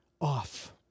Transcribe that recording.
off